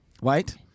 White